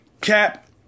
Cap